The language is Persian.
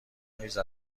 نیز